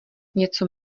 něco